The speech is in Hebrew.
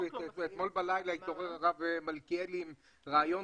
אתמול בלילה התעורר הרב מלכיאלי עם רעיון